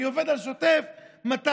אני עובד על שוטף 230,